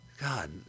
God